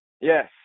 Yes